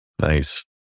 Nice